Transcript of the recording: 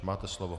Máte slovo.